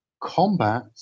combat